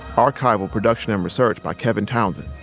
archival production and research by kevin townsend.